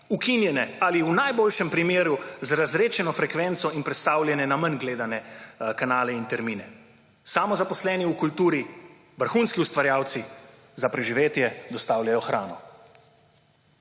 ukinjene ali v najboljšem primeru z razredčeno frekvenco in prestavljene na manj gledane kanale in termine. Samozaposleni v kulturi, vrhunski ustvarjalci za preživetje dostavljajo hrano.